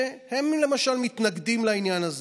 שהם, למשל, מתנגדים לעניין הזה.